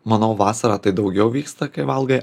manau vasarą tai daugiau vyksta kai valgai